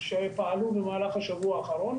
קריית יערים וחצור הגלילית.